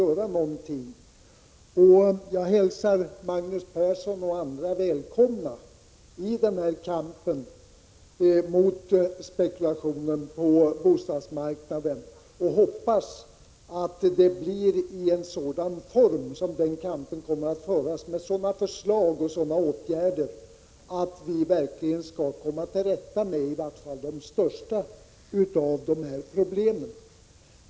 Jag hälsar Magnus Persson och andra välkomna i kampen mot spekulationen på bostadsmarknaden och hoppas att den kampen kommer att föras i sådana former att vi verkligen kommer till rätta med i vart fall de största problemen.